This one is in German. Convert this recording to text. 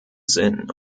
sinn